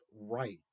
right